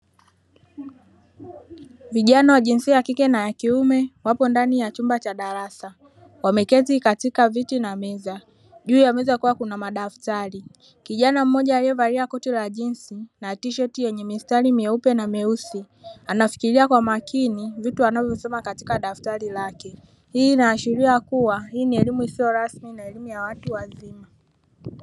Vijana wa jinsia ya kike na ya kiume wapo ndani ya chumba cha darasa wameketi katika viti na meza juu ya meza kukiwa kuna madaftari kijana mmoja alie valia koti la jinsi na tisheti yenye mistari myeupe na myeusi anafikiria kwa makini vitu anavyo soma katika daftari lake hii inaashiria kuwa hii ni elimu isiyo kuwa rasmi na ni elimu ya watu wazima.